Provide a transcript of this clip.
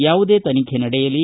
ಯಾವುದೇ ತನಿಖೆ ನಡೆಯಲಿ